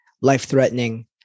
life-threatening